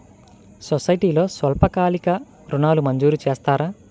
సొసైటీలో స్వల్పకాలిక ఋణాలు మంజూరు చేస్తారా?